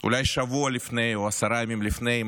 אולי שבוע לפני כן או עשרה ימים לפני כן,